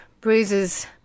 bruises